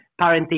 parenting